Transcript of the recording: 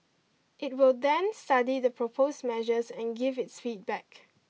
it will then study the proposed measures and give its feedback